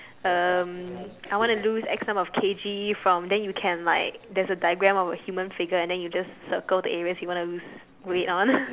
um I want to lose X number of K_G from then you can like there's a diagram of a human figure and then you just circle the areas you want to lose weight on